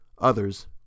Others